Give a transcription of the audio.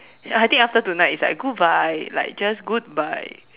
I think after tonight it's like goodbye like just goodbye